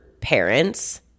parents